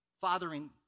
fathering